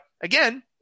again